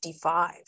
55